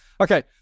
Okay